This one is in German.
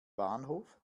bahnhof